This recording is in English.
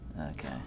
Okay